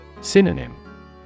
Synonym